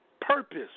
purpose